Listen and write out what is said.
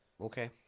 Okay